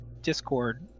Discord